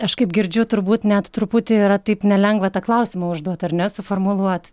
aš kaip girdžiu turbūt net truputį yra taip nelengva tą klausimą užduot ar ne suformuluot